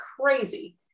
crazy